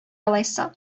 алайса